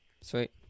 Sweet